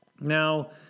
Now